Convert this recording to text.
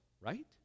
right